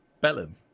Belen